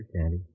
Candy